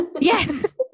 Yes